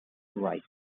wright